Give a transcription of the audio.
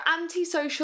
antisocial